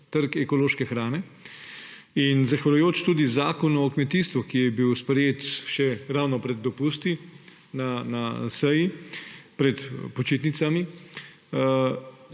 trg ekološke hrane. In zahvaljujoč tudi Zakonu o kmetijstvu, ki je bil sprejet še ravno pred dopusti na seji pred počitnicami,